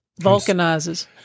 Vulcanizes